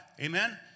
amen